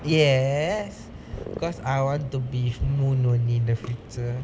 yes cause I want to be with moon in the future